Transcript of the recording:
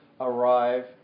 arrive